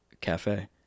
cafe